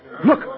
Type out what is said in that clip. Look